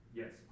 yes